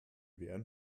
werden